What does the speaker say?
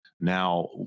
now